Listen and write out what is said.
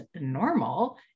normal